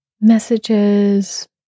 messages